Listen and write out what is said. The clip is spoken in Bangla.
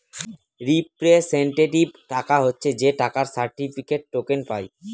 রিপ্রেসেন্টেটিভ টাকা হচ্ছে যে টাকার সার্টিফিকেটে, টোকেন পায়